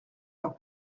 voir